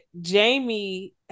Jamie